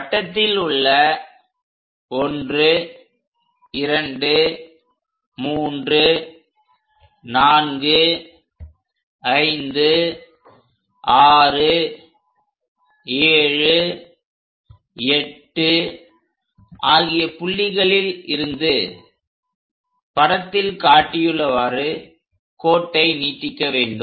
வட்டத்தில் உள்ள 1 2 3 4 5 6 7 8 ஆகிய புள்ளிகளில் இருந்து படத்தில் காட்டியுள்ளவாறு கோட்டை நீட்டிக்க வேண்டும்